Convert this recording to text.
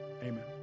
amen